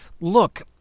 Look